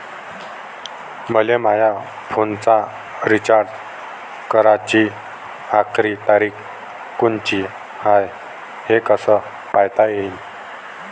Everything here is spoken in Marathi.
मले माया फोनचा रिचार्ज कराची आखरी तारीख कोनची हाय, हे कस पायता येईन?